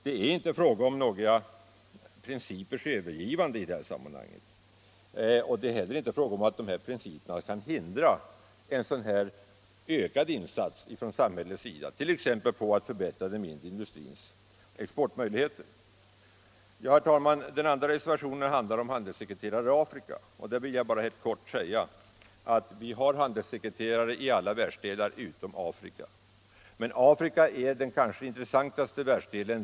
Det är inte fråga om att överge några principer i det här sammanhanget, och det är heller inte fråga om att principerna kan förhindra ökade insatser från samhällets sida, t.ex. för att förbättra den mindre industrins exportmöjligheter. Herr talman! Den andra reservationen handlar om handelssekreterare i Afrika. Om den vill jag bara helt kort säga att vi har handelssekreterare i alla världsdelar utom Afrika, men Afrika är den kanske intressantaste världsdelen.